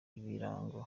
ibirango